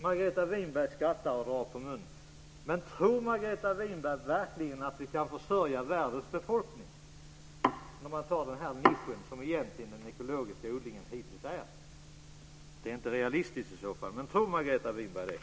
Margareta Winberg skrattar och drar på munnen. Men tror Margareta Winberg verkligen att vi kan försörja världens befolkning genom den nisch som den ekologiska odlingen hittills har varit? Det är i så fall inte realistiskt. Tror Margareta Winberg det?